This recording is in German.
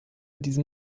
diesem